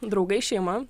draugai šeima